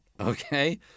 okay